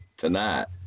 tonight